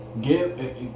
give